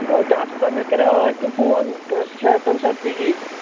ہَے doctor صٲب مےٚ کریٛاو ٲدۍ تہِ فون تُہۍ ٲسِو شاید تمہِ ساتہٕ بِزی